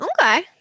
okay